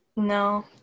No